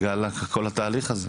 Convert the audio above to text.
בגלל כל התהליך הזה.